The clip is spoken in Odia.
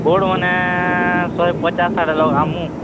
ବୋର୍ଡ଼ମାନେ ଶହେ ପଚାଶ୍ ଆଡ଼େ ଲଗାମୁଁ